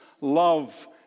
love